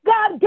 God